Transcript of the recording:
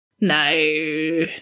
No